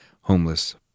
homeless